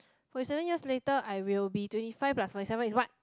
forty seven years later I will be twenty five plus forty seven is what